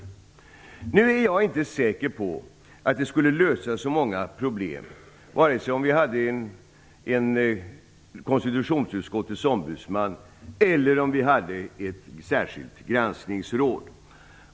Jag är inte säker på att det skulle lösa så många problem om vi hade en konstitutionsutskottets ombudsman eller om vi hade ett särskilt granskningsråd.